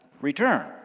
return